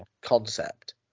concept